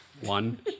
one